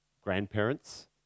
grandparents